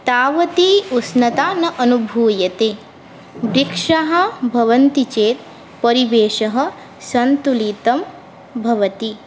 तावती उष्णता न अनुभूयते वृक्षाः भवन्ति चेत् परिवेशः सन्तुलितः भवति